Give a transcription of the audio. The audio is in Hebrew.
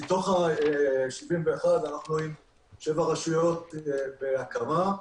מתוך ה-71 אנחנו עם שבע רשויות בהקמה.